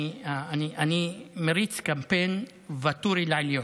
אני מריץ קמפיין: ואטורי לעליון.